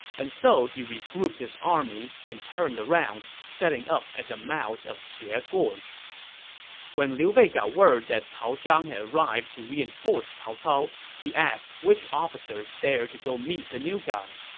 and so he regrouped his army and turned around, setting up the mouth of xie ah gorge when liu bei got word that cao zhang had arrived to reinforce cao cao, he asked which officer dared to go meet the new guy.